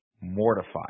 mortified